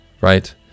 right